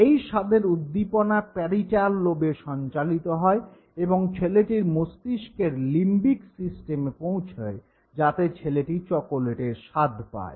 এই স্বাদের উদ্দীপনা প্যারিটাল লোবে সঞ্চারিত হয় এবং ছেলেটির মস্তিষ্কের লিম্বিক সিস্টেমে পৌঁছয় যাতে ছেলেটি চকোলেটের স্বাদ পায়